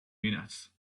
minutes